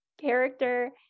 character